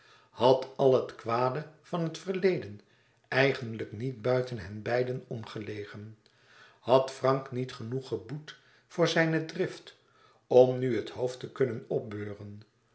had al het kwade van het verleden eigenlijk niet buiten hen beiden om gelegen had frank niet genoeg geboet voor zijne drift om nu het hoofd te kunnen opbeuren